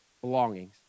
belongings